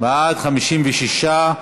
בעד, 56,